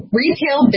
retail